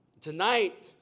Tonight